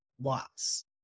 lots